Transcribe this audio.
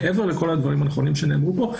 מעבר לכל הדברים הנכונים שנאמרו פה,